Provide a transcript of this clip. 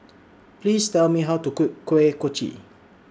Please Tell Me How to Cook Kuih Kochi